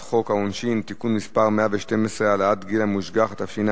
(תיקון מס' 112) (העלאת גיל המושגח), התשע"א